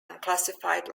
unclassified